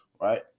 right